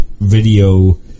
video